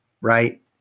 right